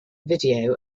video